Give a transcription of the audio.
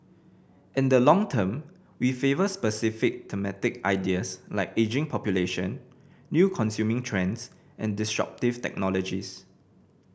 in the long term we favour specific thematic ideas like ageing population new consuming trends and disruptive technologies